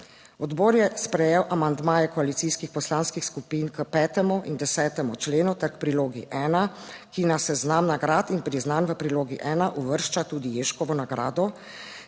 Odbor je sprejel amandmaje koalicijskih poslanskih skupin k 5. in 10. členu ter k prilogi ena, ki na seznam nagrad in priznanj v prilogi ena uvršča tudi Ježkovo nagrado,